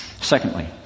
Secondly